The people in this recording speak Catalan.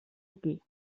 aquí